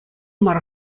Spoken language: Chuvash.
мар